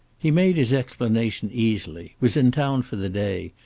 he made his explanation easily. was in town for the day.